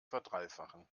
verdreifachen